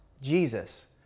Jesus